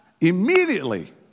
immediately